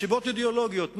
מסיבות אידיאולוגיות,